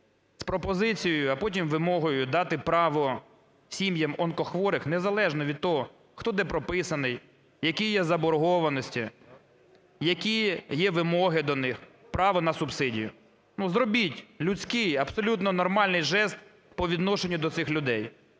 з пропозицією, а потім з вимогою дати право сім'ям онкохворих незалежно від того, хто, де прописаний, які є заборгованості, які є вимоги до них, право на субсидію. Ну зробіть абсолютно нормальний жест по відношенню до цих людей.